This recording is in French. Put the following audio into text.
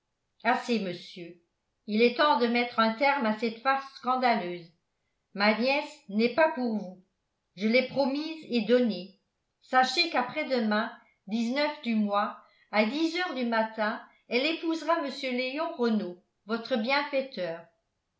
assez monsieur il est temps de mettre un terme à cette farce scandaleuse ma nièce n'est pas pour vous je l'ai promise et donnée sachez qu'après-demain du mois à dix heures du matin elle épousera mr léon renault votre bienfaiteur